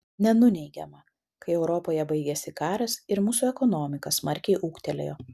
nenuneigiama kai europoje baigėsi karas ir mūsų ekonomika smarkiai ūgtelėjo